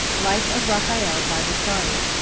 life of raphael by vasari.